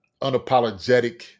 unapologetic